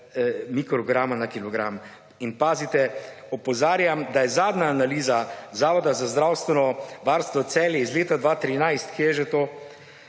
mikrograma na kilogram. In pazite, opozarjam, da je zadnja analiza Zavoda za zdravstveno varstvo Celje iz leta 2013 – kje je že to